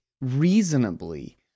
reasonably